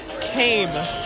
Came